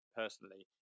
personally